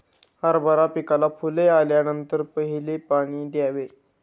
हरभरा पिकाला फुले आल्यानंतर पहिले पाणी द्यावे